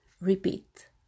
repeat